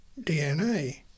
DNA